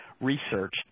research